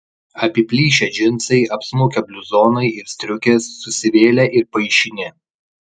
apiplyšę džinsai apsmukę bliuzonai ir striukės susivėlę ir paišini